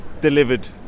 Delivered